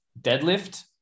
deadlift